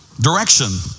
Direction